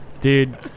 dude